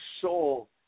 soul